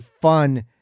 fun